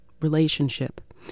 relationship